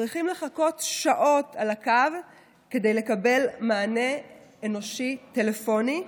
צריכים לחכות שעות על הקו כדי לקבל מענה אנושי טלפוני,